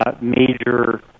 Major